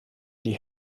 die